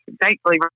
Thankfully